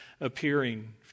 appearing